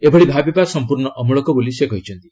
ଏଭଳି ଭାବିବା ସଂପୂର୍ଣ୍ଣ ଅମ୍ବଳକ ବୋଲି ସେ କହିଛନ୍ତି